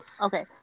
Okay